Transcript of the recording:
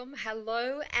Hello